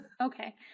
okay